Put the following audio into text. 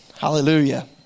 hallelujah